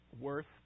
worth